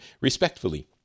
respectfully